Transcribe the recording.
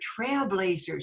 trailblazers